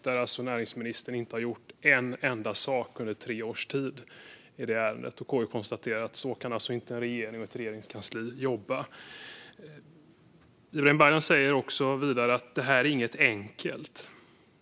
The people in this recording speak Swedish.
Där har näringsministern inte gjort en enda sak under tre års tid, och KU konstaterade att så kan en regering och ett regeringskansli inte jobba. Ibrahim Baylan säger vidare att detta inte är enkelt.